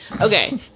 Okay